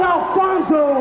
Alfonso